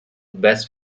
best